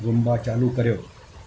Roomba चालू करियो